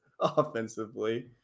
offensively